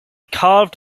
carved